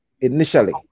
initially